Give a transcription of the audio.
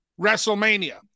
WrestleMania